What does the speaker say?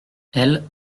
elle